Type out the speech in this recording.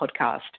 podcast